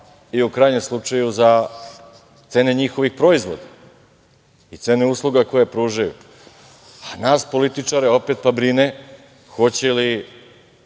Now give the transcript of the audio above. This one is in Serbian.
i u krajnjem slučaju za cene njihovih proizvoda i cene usluga koje pružaju, a nas političare opet pa brine hoće li